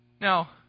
Now